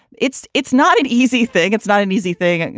it's it's not an easy thing. it's not an easy thing.